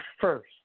first